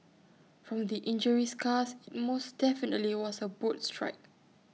from the injury scars IT most definitely was A boat strike